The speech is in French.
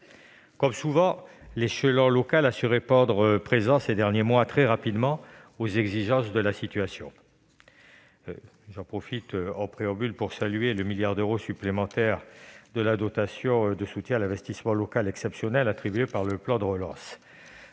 Comme souvent, l'échelon local a su répondre « présent » ces derniers mois en s'adaptant très rapidement aux exigences de la situation. J'en profite pour saluer le milliard d'euros supplémentaire de la dotation de soutien à l'investissement local exceptionnelle attribué par le plan de relance.